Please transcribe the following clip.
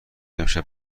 امشب